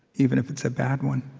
even if it's a bad one